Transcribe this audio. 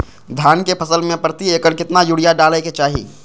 धान के फसल में प्रति एकड़ कितना यूरिया डाले के चाहि?